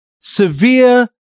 severe